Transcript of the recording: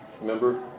Remember